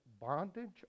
bondage